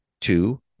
two